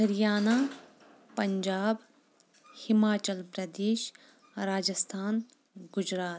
Haryana Punjab Himachal Pradesh Rajasthan Gujarat